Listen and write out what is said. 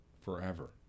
forever